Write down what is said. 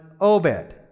Obed